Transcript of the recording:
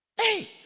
hey